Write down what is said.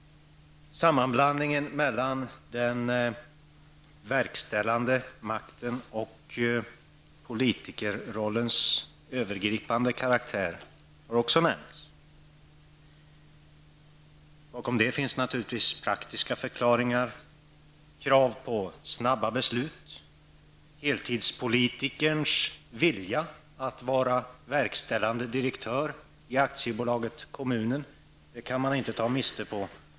Sammanblandningen mellan den verkställande makten och politikerrollen med dess övergripande karaktär har också märkts. Till det finns naturligtvis praktiska förklaringar, t.ex. krav på snabba beslut. Heltidspolitikerns vilja att vara verkställande direktör i Aktiebolaget Kommunen på många håll kan man inte ta miste på.